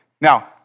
Now